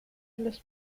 los